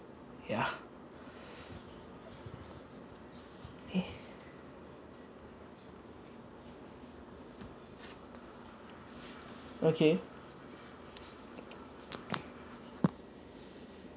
ya eh okay